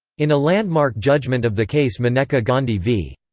in a landmark judgment of the case maneka gandhi v.